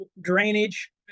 drainage